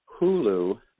Hulu